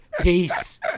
Peace